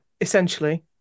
Essentially